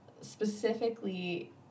specifically